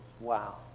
Wow